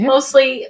Mostly